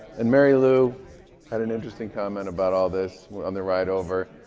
and marylou had an interesting comment about all this on the ride over.